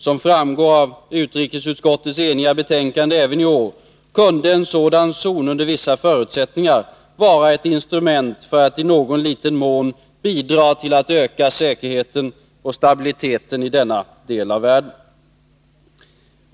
Som framgår även av årets betänkande från ett enhälligt utrikesutskott kan en sådan zon under vissa förutsättningar vara ett instrument för att i någon liten mån bidra till att öka säkerheten och stabiliteten i denna del av världen.